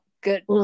good